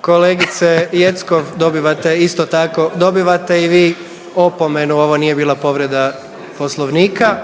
Kolegice Jeckov dobivate isto tako dobivate i vi opomenu. Ovo nije bila povreda Poslovnika.